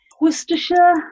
Worcestershire